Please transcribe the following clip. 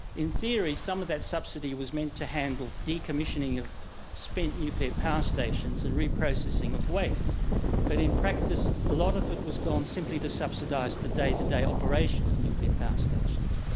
in theory some of that subsidy was meant to handle decommissioning of spent nuclear power stations and reprocessing of waste but in practise a lot of it was gone simply to subsidise the day-to-day operation of nuclear power stations.